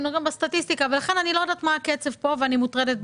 אני לא יודעת מה הקצב פה וזה מטריד.